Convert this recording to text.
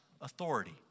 authority